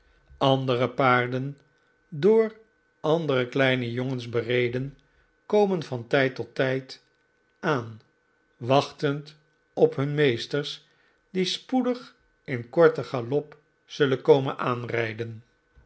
andere paarden door andere kleine jongens bereden komen van tijd tot tijd aan wachtend op hun meesters die spoedig in korten galop zullen komen aanrijden